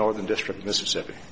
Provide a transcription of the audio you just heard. northern district mississippi